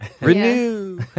Renew